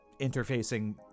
interfacing